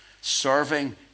Serving